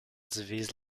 divise